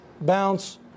bounce